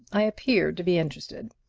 i appeared to be interested.